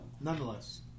nonetheless